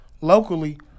locally